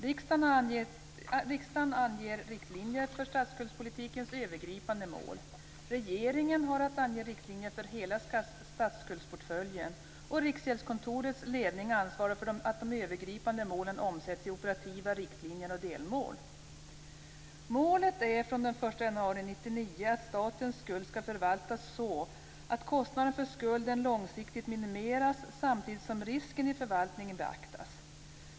Riksdagen anger riktlinjer för statsskuldspolitikens övergripande mål. Regeringen har att ange riktlinjer för hela statsskuldsportföljen, och Riksgäldskontorets ledning ansvarar för att de övergripande målen omsätts i operativa riktlinjer och delmål. Målet är att från den 1 januari 1999 skall statens skuld förvaltas så att kostnaderna för skulden långsiktigt minimeras samtidigt som risken i förvaltningen beaktas.